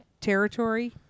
territory